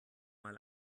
mal